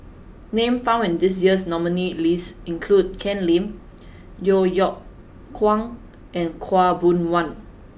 names found in the nominees' list this year include Ken Lim Yeo Yeow Kwang and Khaw Boon Wan